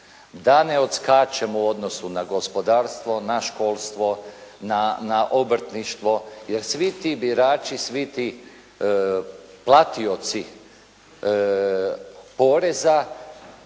da ne odskačemo u odnosu na gospodarstvo, na školstvo, na obrtništvo jer svi ti birači, svi ti platioci poreza,